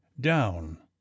down